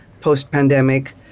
post-pandemic